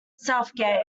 southgate